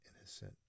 innocent